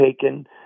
taken